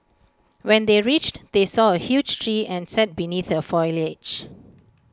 when they reached they saw A huge tree and sat beneath the foliage